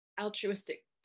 altruistic